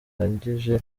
kandi